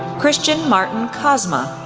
christian marton kozma,